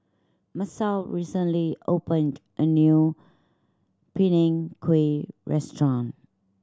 Masao recently opened a new Png Kueh restaurant